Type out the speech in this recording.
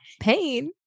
pain